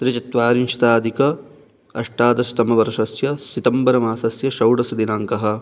त्रिचत्वारिंशदधिक अष्टादशतमवर्षस्य सितम्बर् मासस्य षोडशदिनाङ्कः